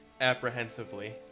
apprehensively